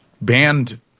banned